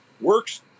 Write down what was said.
Works